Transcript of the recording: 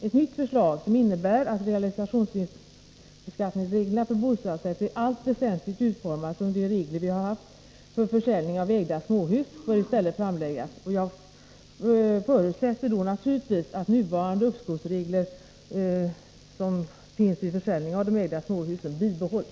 Ett nytt förslag, som innebär att realisationsvinstskattereglerna för bostadsrätter i allt väsentligt utformas som de regler vi har för försäljning av ägda småhus, bör i stället framläggas. Jag förutsätter då naturligtvis att nuvarande uppskovsregler, som finns vid försäljning av de egna småhusen, bibehålls.